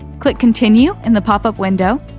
click continue in the popup window,